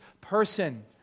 person